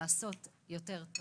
לעשות יותר.